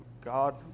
God